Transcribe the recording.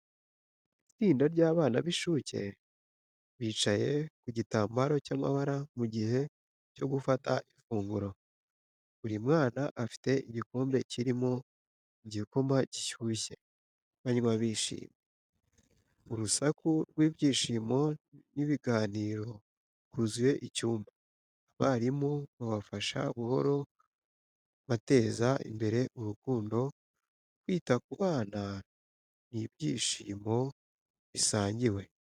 Itsinda ry’abana b’incuke bicaye ku gitambaro cy’amabara mu gihe cyo gufata ifunguro. Buri mwana afite igikombe kirimo igikoma gishyushye, banywa bishimye. Urusaku rw’ibyishimo n’ibiganiro rwuzuye icyumba, abarimu babafasha buhoro, bateza imbere urukundo, kwita ku bana n’ibyishimo bisangiwe.